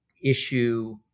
issue